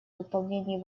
выполнении